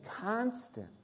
constant